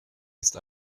ist